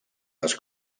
les